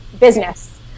business